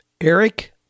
Eric